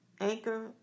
Anchor